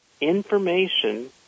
information